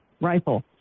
rifle